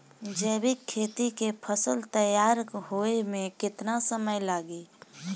जैविक खेती के फसल तैयार होए मे केतना समय लागी?